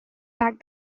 packed